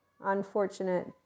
unfortunate